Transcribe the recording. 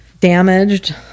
damaged